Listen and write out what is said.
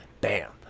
Bam